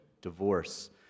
divorce